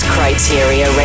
Criteria